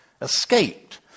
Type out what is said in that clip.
escaped